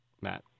Matt